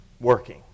working